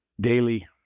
daily